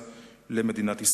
מגן",